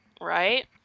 Right